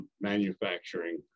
Manufacturing